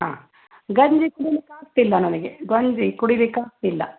ಹಾಂ ಗಂಜಿ ಕುಡಿಲಿಕ್ಕೆ ಆಗ್ತಿಲ್ಲ ನನಗೆ ಗಂಜಿ ಕುಡಿಲಿಕ್ಕಾಗ್ತಿಲ್ಲ